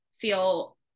feel